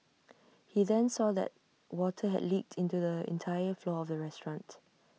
he then saw that water had leaked into the entire floor of the restaurant